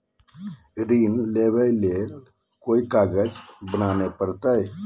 Loan लेबे ले कोई कागज बनाने परी?